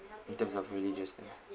in terms of religious things